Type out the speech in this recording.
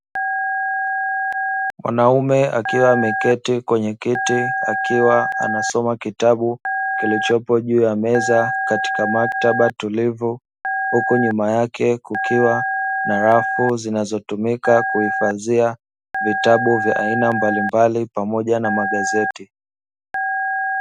Mwanaume akiwa ameketi kwenye kiti akiwa anasoma kitabu, huku nyuma yake kukiwa na rafu zinazotumika kuhifadhia vitabu mbalimbali pamoja na magazeti.